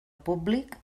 públic